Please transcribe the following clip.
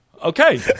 Okay